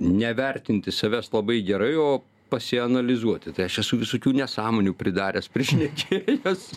nevertinti savęs labai gerai o pasianalizuoti tai aš esu visokių nesąmonių pridaręs prišnekėjęs